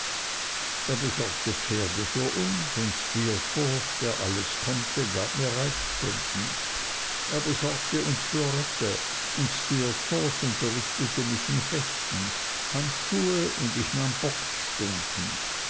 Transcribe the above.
er besorgte pferde für uns und steerforth der alles konnte gab mir reitstunden er besorgte uns fleuretts und steerforth unterrichtete mich im fechten handschuhe und ich nahm boxstunden